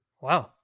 Wow